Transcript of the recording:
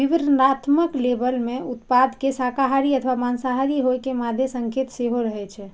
विवरणात्मक लेबल मे उत्पाद के शाकाहारी अथवा मांसाहारी होइ के मादे संकेत सेहो रहै छै